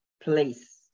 place